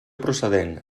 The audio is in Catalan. procedent